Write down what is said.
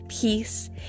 peace